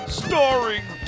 starring